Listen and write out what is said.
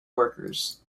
workers